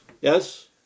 yes